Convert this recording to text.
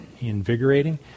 invigorating